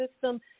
system